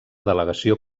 delegació